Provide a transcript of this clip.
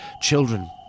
Children